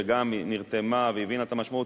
שגם נרתמה והבינה את המשמעות.